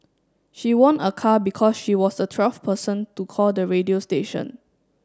she won a car because she was the twelfth person to call the radio station